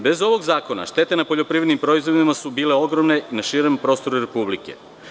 Bez ovog zakona štete na poljoprivrednim proizvodima su bile ogromne, na širem prostoru Republike.